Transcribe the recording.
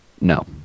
no